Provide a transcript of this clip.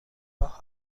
راه